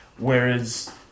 Whereas